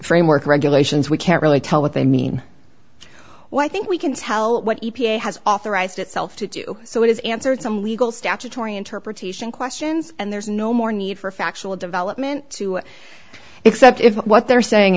framework regulations we can't really tell what they mean well i think we can tell what e p a has authorized itself to do so it has answered some legal statutory interpretation questions and there's no more need for factual development to except if what they're saying